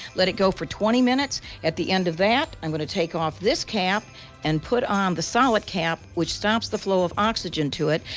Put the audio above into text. let it go for twenty minutes. at the end of that i'm going to take off this cap and put on the solid cap which stops the flow of oxygen to it.